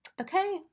Okay